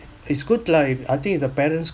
it's good lah I think if the parents